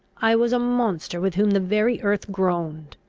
i was a monster with whom the very earth groaned!